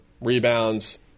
rebounds